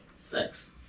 sex